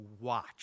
watch